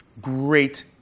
great